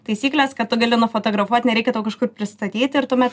taisyklės kad tu gali nufotografuot nereikia tau kažkur pristatyti ir tuomet